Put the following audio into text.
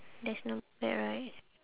that's not bad right